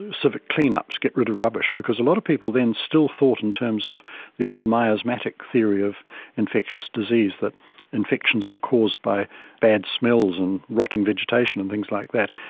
civic clean-ups, get rid of rubbish, because a lot of people then still thought in terms of the old miasmatic theory of infectious disease, that infections were caused by bad smells and rotting vegetation and things like that,